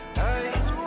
hey